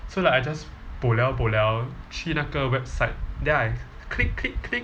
so like I just bo liao bo liao 去那个 website then I click click click